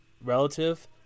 relative